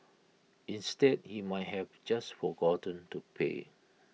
instead he might have just forgotten to pay